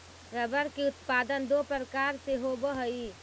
rubber के उत्पादन दो प्रकार से होवऽ हई